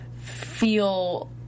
feel